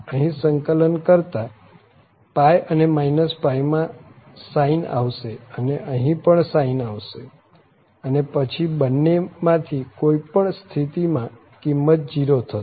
અહીં સંકલન કરતા અને π માં sin આવશે અને અહીં પણ sin આવશે અને પછી બંને માં થી કોઈ પણ સ્થિતિ માં કિંમત 0 થશે